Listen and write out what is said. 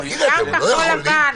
כן, סיעת כחול לבן.